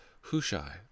Hushai